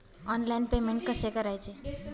Online payment कसे करायचे?